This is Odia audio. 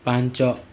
ପାଞ୍ଚ